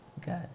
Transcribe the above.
good